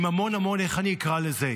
עם המון המון, איך אקרא לזה?